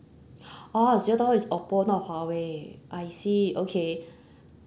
orh zero dollar is oppo not huawei I see okay